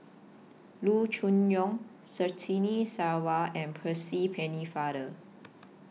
Loo Choon Yong Surtini Sarwan and Percy Pennefather